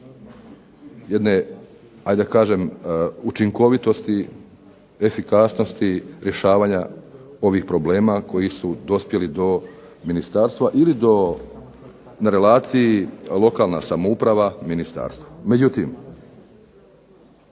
dakle jedne učinkovitosti, efikasnosti rješavanja ovih problema koji su dospjeli do ministarstva ili na relaciji lokalna samouprava-ministarstvo. Međutim,